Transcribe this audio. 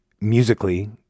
musically